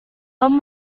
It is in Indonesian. tom